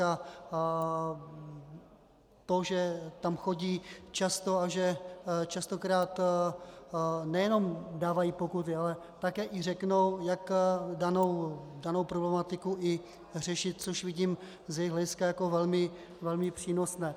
A to, že tam chodí často a že častokrát nejenom dávají pokuty, ale také i řeknou, jak danou problematiku řešit, což vidím z jejich hlediska jako velmi přínosné.